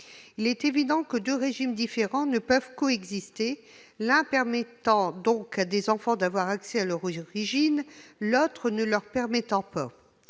Il est évident que ces deux régimes différents ne peuvent coexister, l'un permettant à des enfants d'avoir accès à leurs origines, l'autre ne leur permettant pas.